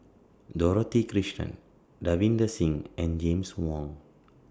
Dorothy Krishnan Davinder Singh and James Wong